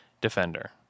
defender